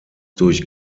durch